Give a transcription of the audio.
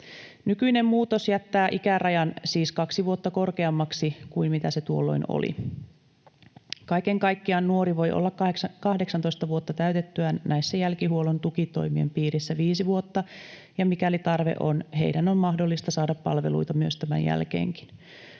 Nykyinen muutos jättää ikärajan siis kaksi vuotta korkeammaksi kuin mitä se tuolloin oli. Kaiken kaikkiaan nuori voi olla 18 vuotta täytettyään näissä jälkihuollon tukitoimien piirissä viisi vuotta, ja mikäli tarve on, heidän on mahdollista saada palveluita tämän jälkeenkin.